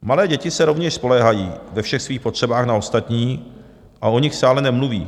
Malé děti se rovněž spoléhají ve všech svých potřebách na ostatní, o nich se ale nemluví.